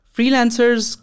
Freelancers